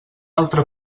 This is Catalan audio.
altre